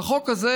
והחוק הזה,